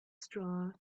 straw